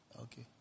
okay